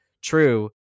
true